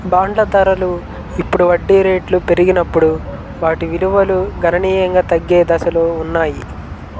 బాండ్ల ధరలు ఇప్పుడు వడ్డీ రేట్లు పెరిగినప్పుడు వాటి విలువలు గణనీయంగా తగ్గే దశలో ఉన్నాయి